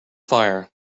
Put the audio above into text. fire